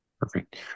Perfect